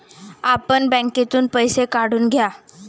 आपण बँकेतून पैसे काढून घ्या